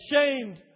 ashamed